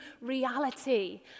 reality